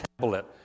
tablet